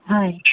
হয়